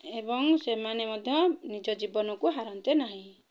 ଏବଂ ସେମାନେ ମଧ୍ୟ ନିଜ ଜୀବନକୁ ହାରନ୍ତେ ନାହିଁ